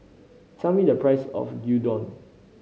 tell me the price of Gyudon